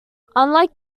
unlike